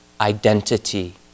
identity